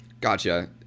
Gotcha